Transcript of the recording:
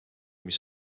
mis